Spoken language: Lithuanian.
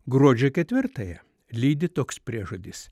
gruodžio ketvirtąją lydi toks priežodis